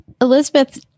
Elizabeth